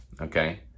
Okay